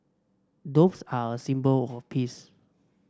doves are a symbol of peace